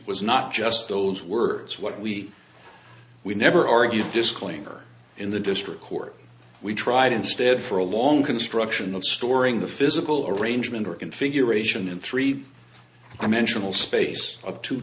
it was not just those words what we we never argued disclaimer in the district court we tried instead for a long construction of storing the physical arrangement or configuration of three dimensional space of two